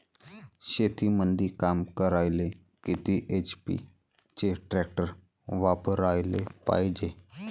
शेतीमंदी काम करायले किती एच.पी चे ट्रॅक्टर वापरायले पायजे?